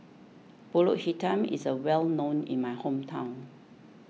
Pulut Hitam is a well known in my hometown